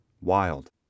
wild